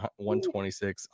126